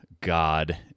god